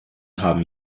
haben